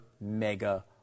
mega